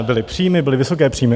Byly příjmy, byly vysoké příjmy.